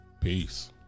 Peace